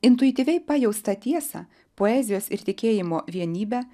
intuityviai pajaustą tiesą poezijos ir tikėjimo vienybę